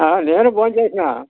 నేను భోం చేసిన